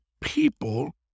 people